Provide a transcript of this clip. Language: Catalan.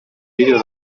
vídeo